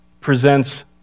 presents